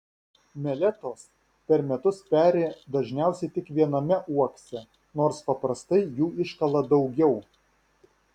meletos per metus peri dažniausiai tik viename uokse nors paprastai jų iškala daugiau